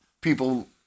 people